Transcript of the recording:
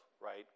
right